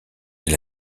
est